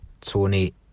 Tony